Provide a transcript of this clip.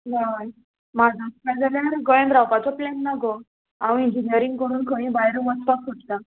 हय म्हाजो आसता जाल्यार गोंयान रावपाचो प्लॅन ना गो हांव इंजिनियरींग करून खंयी भायर वचपाक सोदता